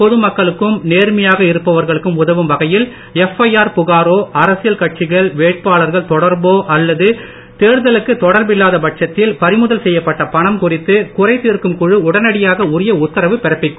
பொது மக்களுக்கும் நேர்மையாக இடம் இருப்பவர்களுக்கும் உதவும் வகையில் எம் ஐ ஆர் புகாரோ அரசியல் தொடர்போ அல்லது கட்சிகள் வேட்பாளர்கள் தேர்தலுக்கு தொடர்பில்லாத பட்சத்தில் பறிமுதல் செய்யப்பட்ட பணம் குறித்து குறை தீர்க்கும் குழு உடனடியாக உரிய உத்தரவு பிறப்பிக்கும்